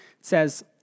says